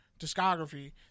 discography